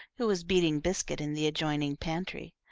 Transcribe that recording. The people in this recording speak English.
who was beating biscuit in the adjoining pantry,